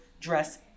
dress